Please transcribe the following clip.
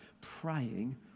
praying